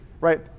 right